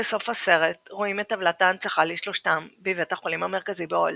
בסוף הסרט רואים את טבלת ההנצחה לשלושתם בבית החולים המרכזי באולדהם.